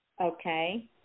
Okay